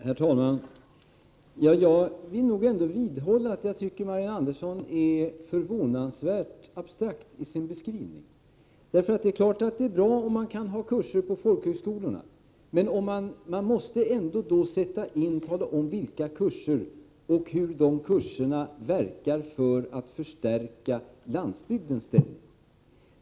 Herr talman! Jag vill nog ändå vidhålla att Marianne Andersson är förvånansvärt abstrakt i sin beskrivning. Det är klart att det är bra om folkhögskolorna kan ha kurser, men man måste ändå tala om vilka kurser man menar och hur de verkar för att förstärka landsbygdens ställning.